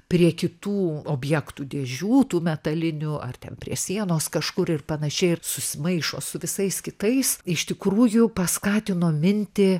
prie kitų objektų dėžių tų metalinių ar ten prie sienos kažkur ir panašiai ir susimaišo su visais kitais iš tikrųjų paskatino mintį